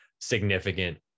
significant